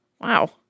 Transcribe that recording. Wow